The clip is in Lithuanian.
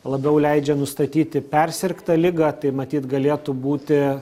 labiau leidžia nustatyti persirgtą ligą tai matyt galėtų būti